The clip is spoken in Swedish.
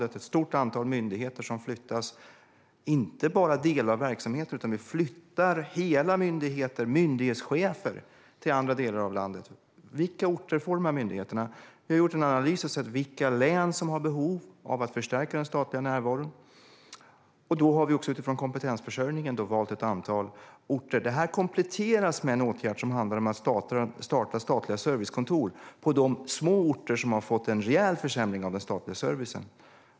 Det är ett stort antal myndigheter som flyttas. Det är inte bara delar av verksamheter som flyttas, utan vi flyttar hela myndigheter och även myndighetschefer till andra delar av landet. Vilka orter får de här myndigheterna? Vi har gjort en analys och sett vilka län som har behov av att förstärka den statliga närvaron, och då har vi också utifrån kompetensförsörjningen valt ett antal orter. Det här kompletteras med en åtgärd som handlar om att starta statliga servicekontor på de små orter som har fått en rejäl försämring av den statliga servicen.